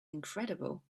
incredible